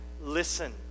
listen